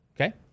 Okay